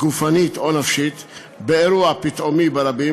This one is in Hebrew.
גופנית או נפשית באירוע פתאומי ברבים,